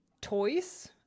toys